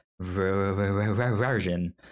version